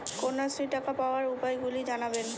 কন্যাশ্রীর টাকা পাওয়ার উপায়গুলি জানাবেন?